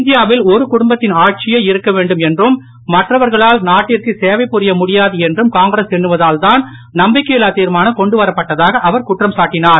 இந்தியாவில் ஒரு குடும்பத்தின் ஆட்சியே இருக்க வேண்டும் என்றும் மற்றவர்களால் நாட்டிற்கு சேவை புரிய முடியாது என்றும் காங்கிரஸ் தீர்மானம் கொண்டுவரப்பட்டதாக அவர் குற்றம்சாட்டினார்